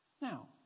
Now